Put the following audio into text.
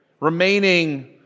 Remaining